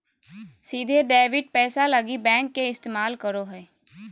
सीधे डेबिट पैसा लगी बैंक के इस्तमाल करो हइ